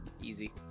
easy